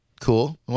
Cool